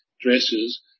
dresses